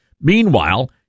Meanwhile